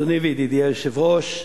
אדוני וידידי היושב-ראש,